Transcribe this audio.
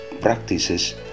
practices